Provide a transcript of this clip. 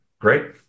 great